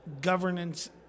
Governance